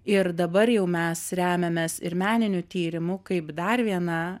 ir dabar jau mes remiamės ir meniniu tyrimu kaip dar viena